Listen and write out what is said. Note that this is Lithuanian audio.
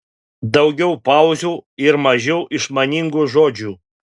daugiau pauzių ir mažiau išmaningų žodžių